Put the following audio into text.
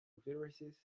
viruses